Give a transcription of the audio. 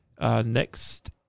next